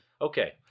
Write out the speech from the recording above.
Okay